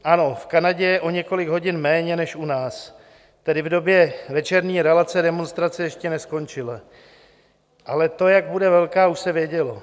Ano, v Kanadě je o několik hodin méně než u nás, tedy v době večerní relace demonstrace ještě neskončila, ale to, jak bude velká, už se vědělo.